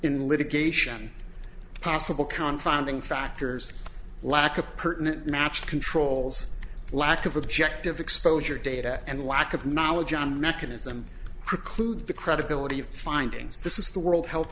in litigation possible con finding factors lack of pertinent matched controls lack of objective exposure data and lack of knowledge on mechanism preclude the credibility of findings this is the world health